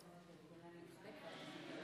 די, די,